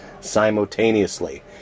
simultaneously